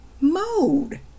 mode